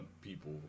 people